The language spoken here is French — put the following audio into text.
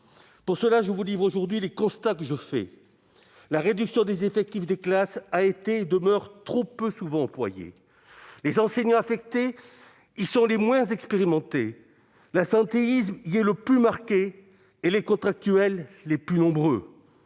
Pour cela, je vous livre aujourd'hui les constats que j'ai dressés. La réduction des effectifs des classes a été et demeure un moyen trop peu souvent utilisé. Les enseignants affectés sont les moins expérimentés, l'absentéisme y est le plus marqué et les contractuels le plus nombreux.